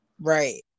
Right